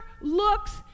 looks